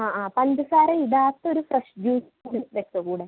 ആ ആ പഞ്ചസാരയിടാത്തൊരു ഫ്രഷ് ജ്യൂസ് വെച്ചോ കൂടെ